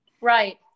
Right